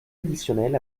additionnels